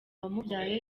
wamubyaye